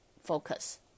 focus